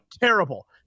Terrible